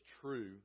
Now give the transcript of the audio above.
true